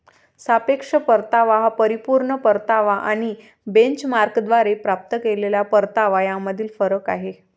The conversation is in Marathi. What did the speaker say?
सापेक्ष परतावा हा परिपूर्ण परतावा आणि बेंचमार्कद्वारे प्राप्त केलेला परतावा यामधील फरक आहे